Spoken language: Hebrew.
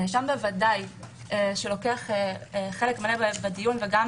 הנאשם ודאי שלוקח חלק מלא בדיון וגם